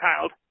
child